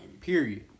period